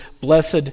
blessed